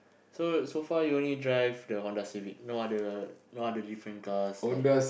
so so far you only drive the Honda-Civic no other no other different cars like